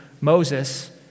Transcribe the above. Moses